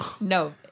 No